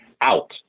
out